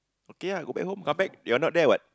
okay ah go back home come back you're not there what